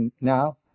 now